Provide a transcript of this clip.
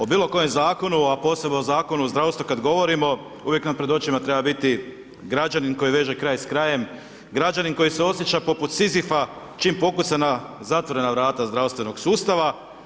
O bilo kojem zakonu a posebno o Zakonu o zdravstvu kada govorimo uvijek nam pred očima treba biti građanin koji veže kraj s krajem, građanin koji se osjeća poput Sizifa čim pokuca na zatvorena vrata zdravstvenog sustava.